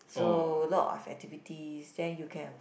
so a lot of activities then you can